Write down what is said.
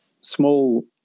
small